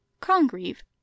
Congreve